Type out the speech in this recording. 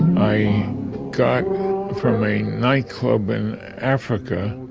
i got from a nightclub in africa,